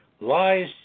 Lies